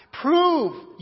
Prove